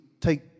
take